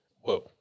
Whoa